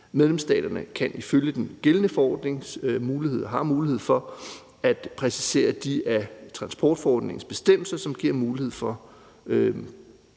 Medlemsstaterne har ifølge den gældende forordning mulighed for at præcisere de af transportforordningens bestemmelser, som giver mulighed for